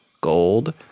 gold